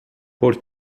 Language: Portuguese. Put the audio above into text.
por